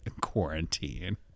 quarantine